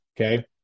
Okay